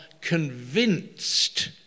convinced